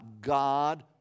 God